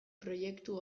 proiektu